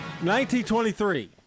1923